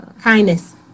kindness